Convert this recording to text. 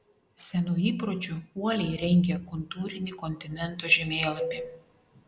senu įpročiu uoliai rengė kontūrinį kontinento žemėlapį